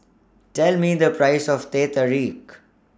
Tell Me The Price of Teh Tarik